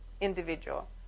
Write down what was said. individual